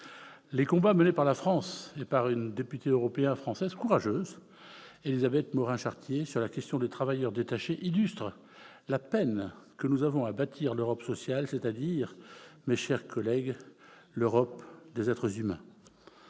Les combats menés par la France et par une député européenne française courageuse, Élisabeth Morin-Chartier, sur la question des travailleurs détachés illustre la peine que nous avons à bâtir l'Europe sociale, c'est-à-dire, mes chers collègues, l'Europe des êtres humains.